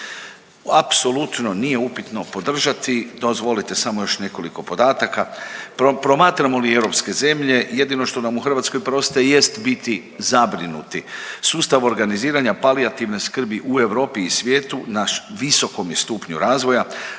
Apsolutno nije upitno podržati, dozvolite samo još nekoliko podataka. Promatramo li europske zemlje jedino što nam u Hrvatskoj preostaje jest biti zabrinuti. Sustav organiziranja palijativne skrbi u Europi i svijetu na visokom je stupnju razvoja,